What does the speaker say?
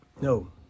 No